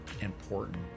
important